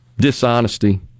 dishonesty